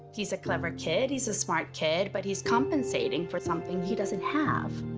he's a clever kid, he's a smart kid but he's compensating for something he doesn't have.